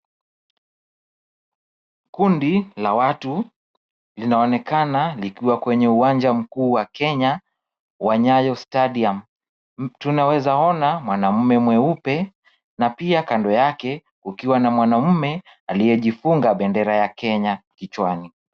Kundi la watu inaonekana likiwa kwenye uwanja mkuu wa Kenya wa Nyayo Stadium. Tunaweza ona mwanaume mweupe na pia kando yake kukiwa na mwanaume aliyejifunga bendera ya Kenya kichwani.